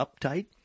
uptight